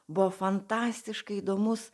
buvo fantastiškai įdomus